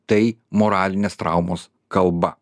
tai moralinės traumos kalba